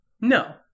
no